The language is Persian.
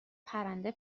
پرنده